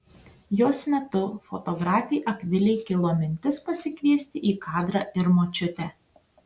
jos metu fotografei akvilei kilo mintis pasikviesti į kadrą ir močiutę